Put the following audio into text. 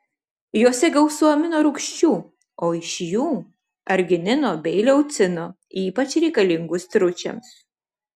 jose gausu amino rūgščių o iš jų arginino bei leucino ypač reikalingų stručiams